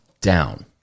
down